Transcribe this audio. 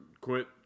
quit